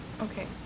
okay